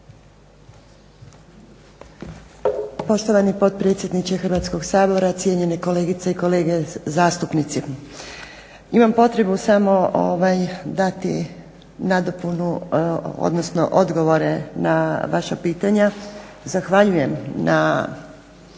Poštovani potpredsjedniče Hrvatskog sabora, cijenjene kolegice i kolege zastupnici. Imam potrebu samo dati nadopunu, odnosno odgovore na vaša pitanja. Zahvaljujem na